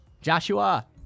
Joshua